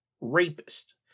rapist